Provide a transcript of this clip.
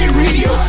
radio